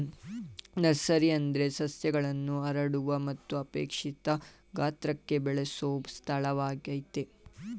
nursery ಅಂದ್ರೆ ಸಸ್ಯಗಳನ್ನು ಹರಡುವ ಮತ್ತು ಅಪೇಕ್ಷಿತ ಗಾತ್ರಕ್ಕೆ ಬೆಳೆಸೊ ಸ್ಥಳವಾಗಯ್ತೆ